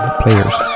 players